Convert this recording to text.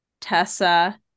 Tessa